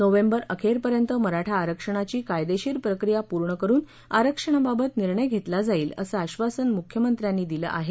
November अखेरपर्यंत मराठा आरक्षणाची कायदेशीर प्रक्रिया पूर्ण करुन आरक्षणाबाबत निर्णय घेतला जाईल असं आक्षासन मुख्यमंत्र्यांनी दिलं आहे